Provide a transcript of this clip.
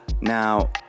Now